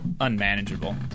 unmanageable